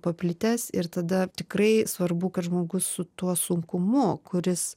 paplitęs ir tada tikrai svarbu kad žmogus su tuo sunkumu kuris